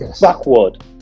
backward